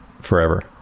forever